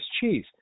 cheese